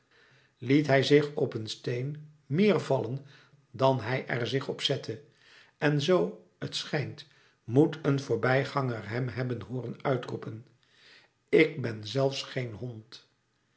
liet hij zich op een steen eer vallen dan hij er zich op zette en zoo het schijnt moet een voorbijganger hem hebben hooren uitroepen ik ben zelfs geen hond